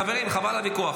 חברים, חבל על הוויכוח.